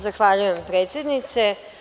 Zahvaljujem predsednice.